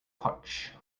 potch